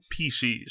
PCs